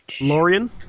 Lorian